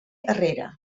herrera